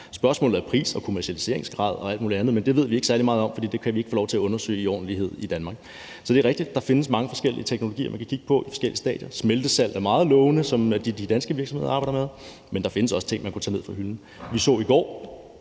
Spørgsmålet er pris og kommercialiseringsgrad og alt muligt andet, men det ved vi ikke særlig meget om, for det kan vi ikke få lov til at undersøge i ordentlighed i Danmark. Så det er rigtigt, at der findes mange forskellige teknologier, man kan kigge på, i forskellige stadier; smeltesalt, som er det, de danske virksomheder arbejder med, er meget lovende, men der findes også ting, man kunne tage ned fra hylden. Vi så i går,